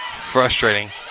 frustrating